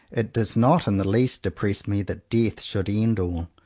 it does not in the least depress me that death should end all,